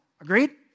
Agreed